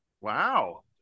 Wow